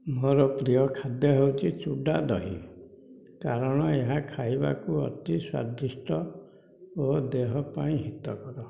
ମୋର ପ୍ରିୟ ଖାଦ୍ୟ ହେଉଛି ଚୁଡ଼ା ଦହି କାରଣ ଏହା ଖାଇବାକୁ ଅତି ସ୍ଵାଦିଷ୍ଟ ଓ ଦେହପାଇଁ ହିତକର